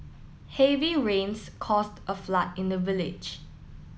heavy rains caused a flood in the village